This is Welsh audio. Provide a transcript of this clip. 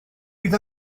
fydd